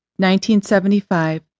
1975